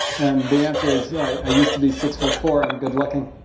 and the answer is i used to be six foot four and good looking.